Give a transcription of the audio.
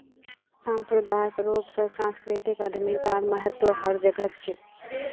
सांप्रदायिक रूप स सांस्कृतिक उद्यमितार महत्व हर जघट छेक